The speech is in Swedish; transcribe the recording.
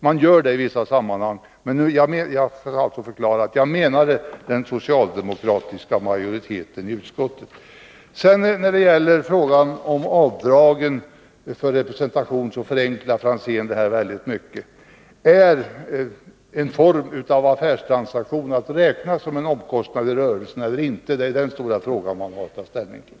Så gör man ju i vissa sammanhang, men jag menade alltså den socialdemokratiska majoriteten i utskottet. Beträffande frågan om avdrag för representation förenklade Tommy Franzén det hela väldigt mycket. Är en form av affärstransaktion att räkna som en omkostnad i rörelsen eller inte — det är den stora fråga som man har att ta ställning till.